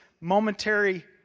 momentary